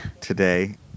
today